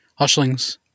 Hushlings